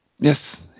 Yes